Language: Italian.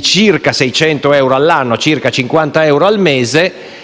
circa 600 euro l'anno, pari a circa 50 euro al mese,